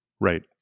Right